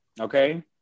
Okay